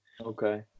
okay